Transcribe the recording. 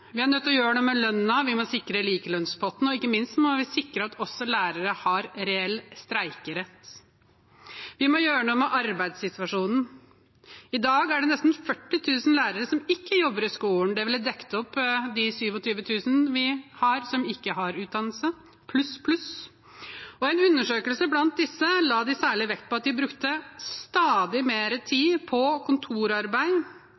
Vi er nødt til å gjøre noe med lønnen, vi må sikre likelønnspotten, og ikke minst må vi sikre at også lærere har reell streikerett. Vi må gjøre noe med arbeidssituasjonen. I dag er det nesten 40 000 lærere som ikke jobber i skolen. Det ville dekket opp de 27 000 vi har, som ikke har utdannelse – pluss, pluss. I en undersøkelse blant disse la de særlig vekt på at de brukte stadig